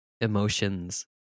emotions